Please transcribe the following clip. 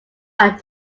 are